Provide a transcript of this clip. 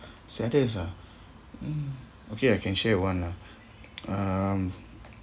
saddest ah mm okay I can share one lah um